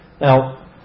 Now